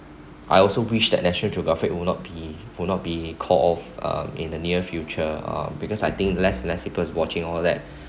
I also wish that national geographic will not be will not be called of uh in the near future uh because I think less less are people watching all that